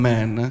Man